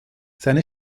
seine